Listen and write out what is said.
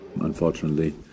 Unfortunately